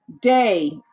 Day